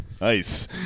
Nice